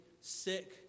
sick